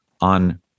on